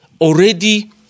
already